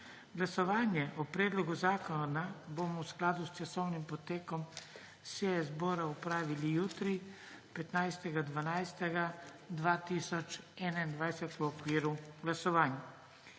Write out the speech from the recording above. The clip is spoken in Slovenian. Glasovanje o predlogu zakona bomo v skladu s časovnim potekom seje zbora opravili jutri, 15. 12. 2021, v okviru glasovanj.